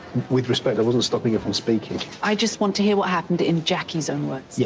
with respect, i wasn't stopping her from speaking. i just want to hear what happened in jackie's own words. yeah,